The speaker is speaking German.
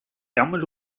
ärmel